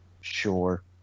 Sure